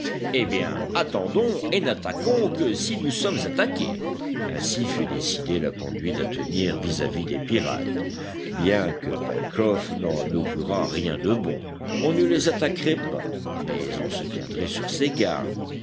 eh bien attendons et n'attaquons que si nous sommes attaqués ainsi fut décidée la conduite à tenir vis-à-vis des pirates bien que pencroff n'en augurât rien de bon on ne les attaquerait pas mais on se tiendrait sur ses gardes